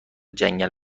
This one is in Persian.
جنگل